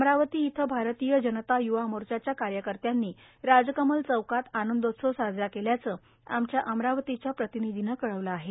अमरावती इथं भारतीय जनता युवा मोर्चाच्या कार्यकर्त्यांनी राजकमल चौकात आनंदोत्सव साजरा केल्याचं आमच्या अमरावतीच्या प्रतिनिधीनं कळवलं आहे